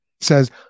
says